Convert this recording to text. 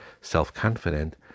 self-confident